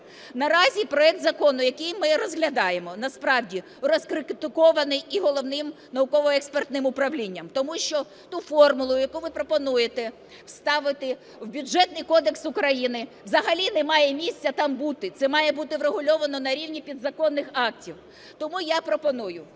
Наразі проект закону, який ми розглядаємо, насправді розкритикований і Головним науково-експертним управлінням. Тому що ту формулу, яку ви пропонуєте ставити в Бюджетний кодекс України, взагалі немає місця там бути. Це має бути врегульовано на рівні підзаконних актів. Тому я пропоную